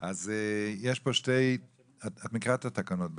את מכירה את התקנות בטח.